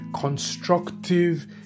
constructive